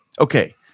Okay